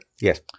Yes